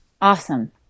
Awesome